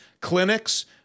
clinics